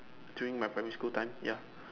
during my primary school time ya